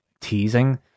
teasing